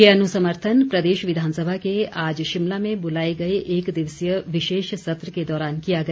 ये अनुसमर्थन प्रदेश विधानसभा के आज शिमला में बुलाए गए एक दिवसीय विशेष सत्र के दौरान किया गया